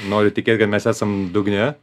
noriu tikėt kad mes esam dugne